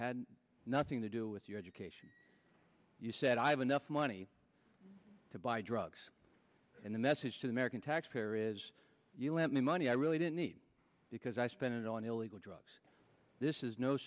had nothing to do with your education you said i have enough money to buy drugs and the message to the american taxpayer is you lent me money i really didn't need because i spent it on illegal drugs this is no